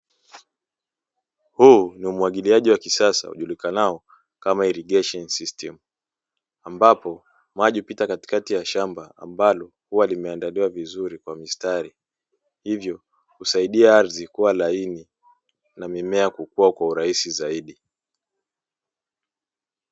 Huu ni umwagiliaji wa kisasa ujulikanao kama "irrigation system", ambapo maji hupita katikati ya shamba ambalo huwa limeandaliwa vizuri kwa mistari hivyo husaidia ardhi kuwa laini na mimea kukuwa kwa urahisi zaidi.